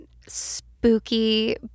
spooky